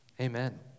Amen